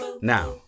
Now